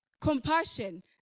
compassion